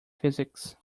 physics